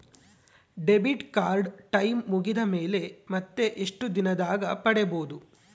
Debit card time ಮುಗಿದ ಮೇಲೆ ಮತ್ತೆ ಎಷ್ಟು ದಿನದಾಗ ಪಡೇಬೋದು?